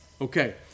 Okay